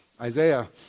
Isaiah